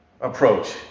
approach